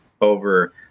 over